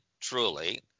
truly